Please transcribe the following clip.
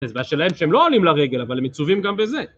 ההסבר שלהם שהם לא עולים לרגל, אבל הם עיצובים גם בזה.